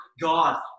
God